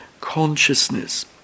consciousness